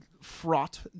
fraught